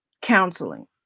counseling